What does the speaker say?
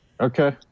Okay